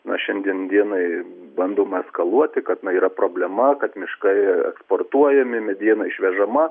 na šiandien dienai bandoma eskaluoti kad na yra problema kad miškai eksportuojami mediena išvežama